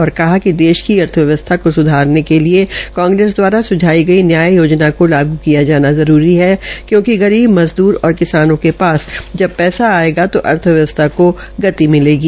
उन्होंने कहा कि देश की अथव्यस्था को स्धारने के लिए कांग्रेस दवारा सुझाई गई न्याय योजना को लागू किया जाना जरूरी है क्योकि गरीब मजदूर और किसानों के पास जब पैसा आयेगा तो अर्थव्यवस्था को गति मिलेगी